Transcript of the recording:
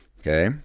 Okay